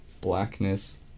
blackness